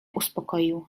uspokoił